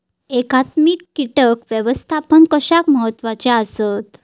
एकात्मिक कीटक व्यवस्थापन कशाक महत्वाचे आसत?